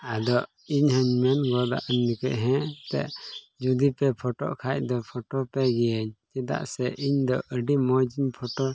ᱟᱫᱚ ᱤᱧ ᱦᱚᱧ ᱢᱮᱱ ᱜᱚᱫᱟ ᱩᱱ ᱡᱚᱠᱷᱮᱡ ᱦᱮᱸ ᱡᱩᱫᱤ ᱯᱮ ᱯᱷᱳᱴᱳ ᱠᱷᱟᱱ ᱫᱚ ᱯᱦᱳᱴᱳ ᱯᱮ ᱜᱤᱭᱟᱹᱧ ᱪᱮᱫᱟᱜ ᱥᱮ ᱤᱧ ᱫᱚ ᱟᱹᱰᱤ ᱢᱚᱡᱤᱧ ᱯᱷᱳᱴᱳ